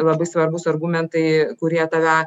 labai svarbūs argumentai kurie tave